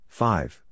five